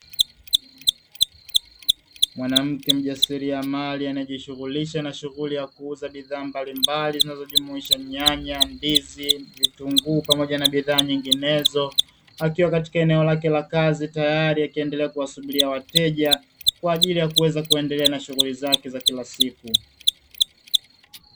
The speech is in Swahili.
Mwanamke mjasiriamali anaejishughulisha na shughuli ya kuuza bidhaa mbali mbali zinazo jumuisha: nyanya, ndizi, vitunguu pamoja na bidhaa nyinginezo akiwa katika eneo lake la kazi tayari akiendelea kuwasubiria wateja kwa ajili ya kuweza kuendelea na shughuli zake za kila siku.